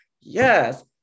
Yes